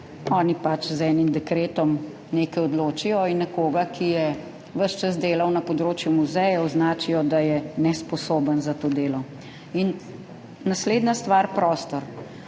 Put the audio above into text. oni pač z enim dekretom nekaj odločijo in nekoga, ki je ves čas delal na področju muzejev, označijo, da je nesposoben za to delo. Naslednja stvar – prostor.